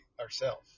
ourself